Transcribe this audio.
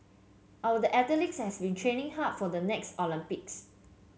our athletes have been training hard for the next Olympics